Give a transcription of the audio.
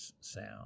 sound